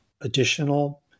additional